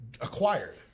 acquired